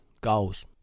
goals